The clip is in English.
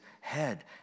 head